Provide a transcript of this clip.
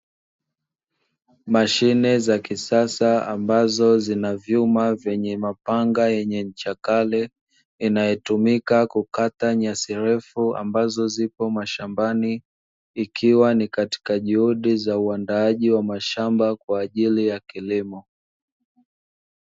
Mashine za kisasa ambazo zina vyuma vyenye mapanga yenye ncha kali, inayotumika kukata nyasi refu ambazo zipo mashambani, ikiwa ni katika juhudi za uandaaji wa mashamba kwa ajili ya kilimo.